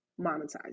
monetize